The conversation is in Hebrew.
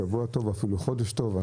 שבוע טוב ואפילו חודש טוב,